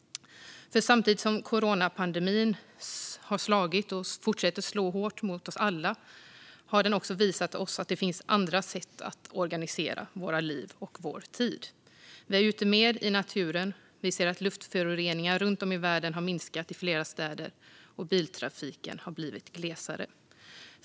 Samtidigt som coronapandemin har slagit och fortsätter att slå hårt mot oss alla har den visat oss att det finns andra sätt att organisera våra liv och vår tid. Vi är ute mer i naturen, luftföroreningarna i flera städer runt om i världen har minskat och biltrafiken har blivit glesare.